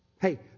Hey